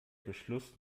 beschluss